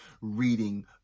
reading